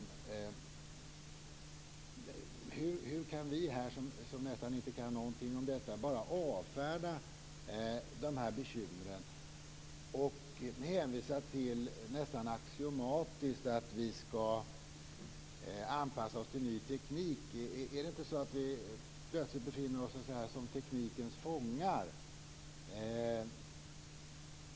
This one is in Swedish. Hur kan vi, som nästan inte kan någonting om detta, bara avfärda de här bekymren och nästan axiomatiskt hänvisa till att vi ska anpassa oss till ny teknik? Är det inte så att vi plötsligt blir teknikens fångar?